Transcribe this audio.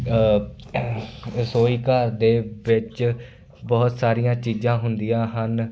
ਰਸੋਈ ਘਰ ਦੇ ਵਿੱਚ ਬਹੁਤ ਸਾਰੀਆਂ ਚੀਜ਼ਾਂ ਹੁੰਦੀਆਂ ਹਨ